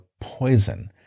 poison